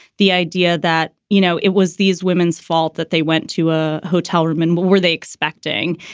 the idea that, you know, it was these women's fault that they went to a hotel room and what were they expecting?